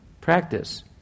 practice